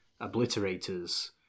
Obliterators